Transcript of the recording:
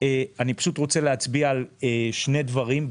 אני רוצה להצביע על שני דברים.